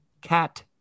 cat